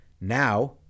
now